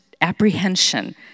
apprehension